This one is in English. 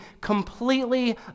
completely